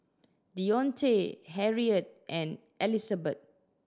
Dionte Harriet and Elizabet